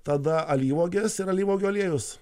tada alyvuogės ir alyvuogių aliejus